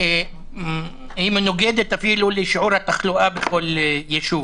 היא מנוגדת אפילו לשיעור התחלואה בכל ישוב.